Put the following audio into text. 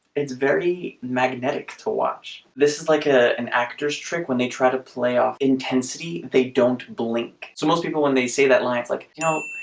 it's very magnetic to watch. this is like ah an actor's trick when they try to play off intensity they don't blink. so most people when they say that like like, you know,